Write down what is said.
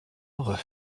heureux